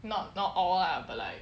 not not all lah but like